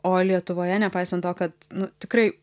o lietuvoje nepaisant to kad tikrai